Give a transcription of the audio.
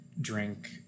drink